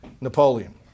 Napoleon